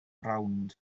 rownd